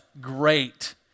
great